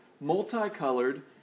multicolored